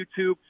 YouTube